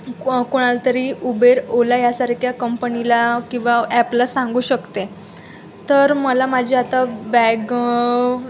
कोणाला तरी उबेर ओला यासारख्या कंपनीला किंवा ॲपला सांगू शकते तर मला माझी आता बॅग